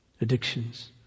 addictions